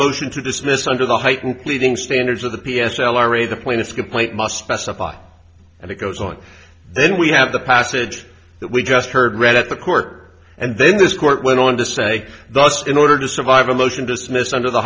motion to dismiss under the heightened pleading standards of the p s l r a the plaintiff's complaint must specify and it goes on then we have the passage that we just heard read at the court and then this court went on to say thus in order to survive a motion to dismiss under the